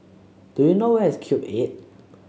do you know where is Cube Eight